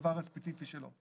הדבר הספציפי שלו.